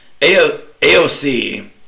AOC